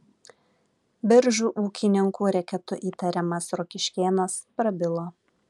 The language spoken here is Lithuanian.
biržų ūkininkų reketu įtariamas rokiškėnas prabilo